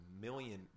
million